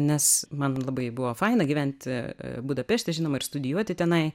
nes man labai buvo faina gyventi budapešte žinoma ir studijuoti tenai